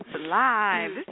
live